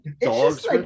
dogs